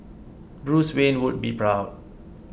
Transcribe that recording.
Bruce Wayne would be proud